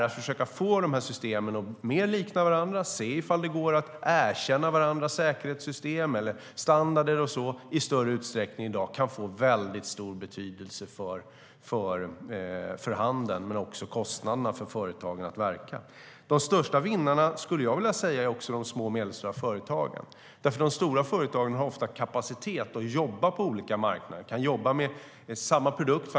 Att försöka få systemen att likna varandra och se om det går att erkänna varandras säkerhetssystem eller standarder i större utsträckning än i dag kan få väldigt stor betydelse för handeln och för företagens kostnader för att verka.De största vinnarna skulle jag vilja säga är de små och medelstora företagen. De stora företagen har ofta kapacitet att jobba med samma produkt på olika marknader.